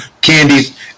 candies